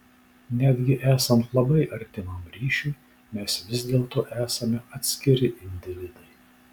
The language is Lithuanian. netgi esant labai artimam ryšiui mes vis dėlto esame atskiri individai